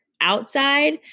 outside